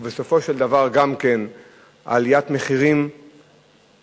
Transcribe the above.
ובסופו של דבר גם עליית מחירים גדולה